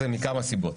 זה מכמה סיבות.